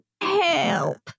Help